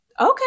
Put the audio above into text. Okay